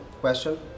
question